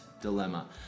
dilemma